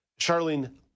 Charlene